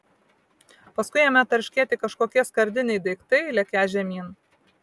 paskui ėmė tarškėti kažkokie skardiniai daiktai lekią žemyn